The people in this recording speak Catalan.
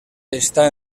està